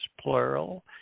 plural